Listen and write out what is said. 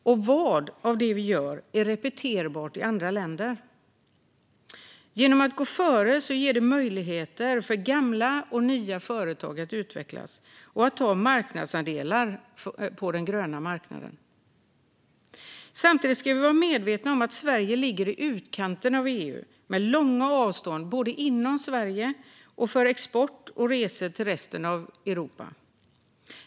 Och vad av det vi gör är repeterbart i andra länder? Genom att gå före ger vi möjligheter för gamla och nya företag att utvecklas och ta marknadsandelar på den gröna marknaden. Samtidigt ska vi vara medvetna om att Sverige ligger i utkanten av EU, med långa avstånd både inom Sverige och för export och resor till resten av Europa.